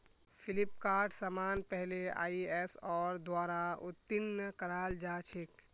फ्लिपकार्टेर समान पहले आईएसओर द्वारा उत्तीर्ण कराल जा छेक